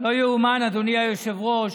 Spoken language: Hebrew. לא ייאמן, אדוני היושב-ראש,